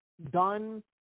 done